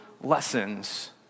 lessons